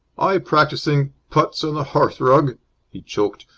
i practising putts on the hearth-rug he choked.